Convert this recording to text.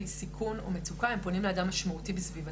סיכון או מצוקה הם פונים לאדם משמעותי בסביבתם.